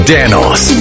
Danos